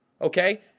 Okay